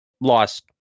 lost